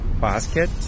basket